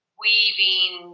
weaving